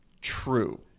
true